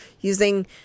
using